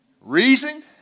Reason